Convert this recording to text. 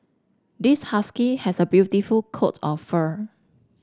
this husky has a beautiful coat of fur